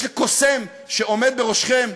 יש קוסם שעומד בראשכם,